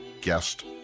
guest